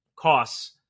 Costs